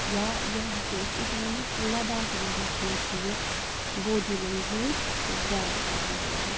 یا یا ہٮ۪کو أسۍ یہِ تہِ ؤنِتھ لداخ رِجنَس منٛز چھِ یہِ بودھوٗ لینٛگویج زیادٕ یِوان بوزنہٕ